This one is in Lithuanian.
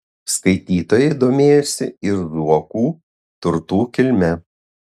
skaitytojai domėjosi ir zuokų turtų kilme